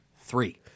Three